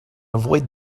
avoid